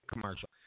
commercial